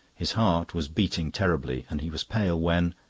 his heart was beating terribly, and he was pale when,